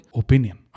opinion